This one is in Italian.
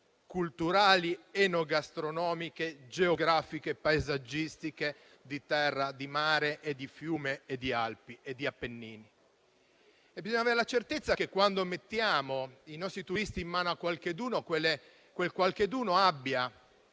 culturali, enogastronomiche, geografiche e paesaggistiche, di terra, di mare e di fiume, delle Alpi e degli Appennini. Bisogna avere la certezza che, quando mettiamo i nostri turisti in mano a qualcuno, questi abbia